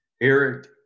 Eric